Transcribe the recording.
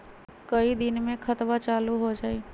कई दिन मे खतबा चालु हो जाई?